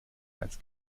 als